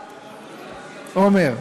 עמר,